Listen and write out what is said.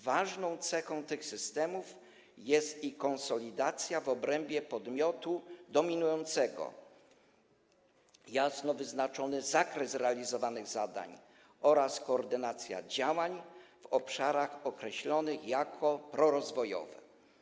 Ważną cechą tych systemów jest ich konsolidacja w obrębie podmiotu dominującego, a także jasno wyznaczony zakres realizowanych zadań oraz koordynacja działań w obszarach określonych jako prorozwojowe.